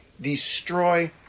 destroy